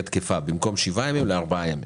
תקפה במקום שבעה ימים לארבעה ימים.